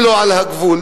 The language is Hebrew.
אם לא על הגבול,